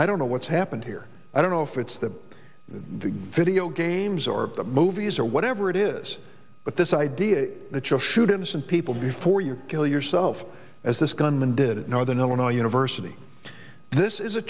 i don't know what's happened here i don't know if it's the the video games or movies or whatever it is but this idea that you'll shoot innocent people before you kill yourself as this gunman did at northern illinois university this is a